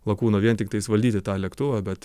lakūno vien tiktais valdyti tą lėktuvą bet